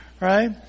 right